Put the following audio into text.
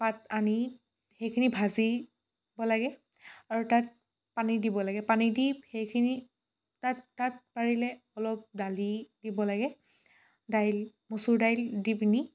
পাত আনি সেইখিনি ভাজিব লাগে আৰু তাত পানী দিব লাগে পানী দি সেইখিনি